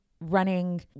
running